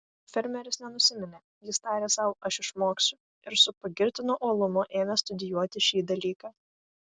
fermeris nenusiminė jis tarė sau aš išmoksiu ir su pagirtinu uolumu ėmė studijuoti šį dalyką